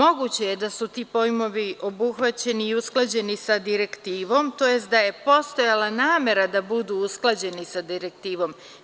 Moguće je da su ti pojmovi obuhvaćeni i usklađeni sa Direktivom, tj. da je postojala namera da budu usklađeni sa Direktivom.